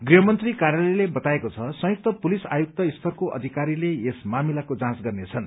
गृहमन्त्री कार्यालयले बताएको छ संदुकत पुलिस आयुक्त स्तरको अधिकारीले यस मामिलाको जाँच गर्नेछन्